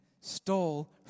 stole